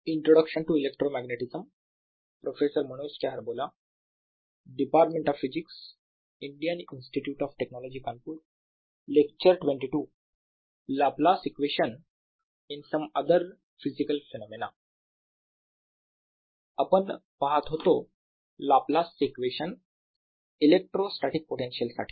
Laplace equation in some other physical phenomenon आपण पाहत होतो लाप्लासचे equation Laplace's equation electrostatic potential साठी